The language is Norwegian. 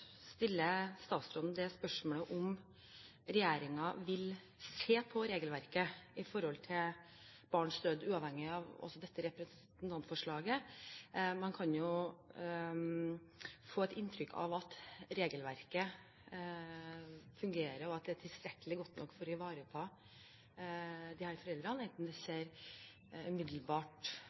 om regjeringen vil se på regelverket når det gjelder barns død, uavhengig av dette representantforslaget. Man kan jo få et inntrykk av at regelverket fungerer, og at det er tilstrekkelig godt nok for å ivareta disse foreldrene, enten et barns død skjer umiddelbart